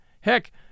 Heck